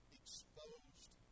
exposed